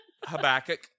Habakkuk